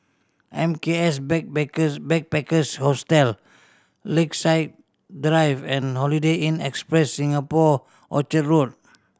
M K S Backpackers Backpackers Hostel Lakeside Drive and Holiday Inn Express Singapore Orchard Road